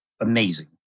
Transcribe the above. amazing